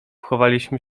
chowaliśmy